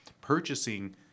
purchasing